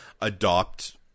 adopt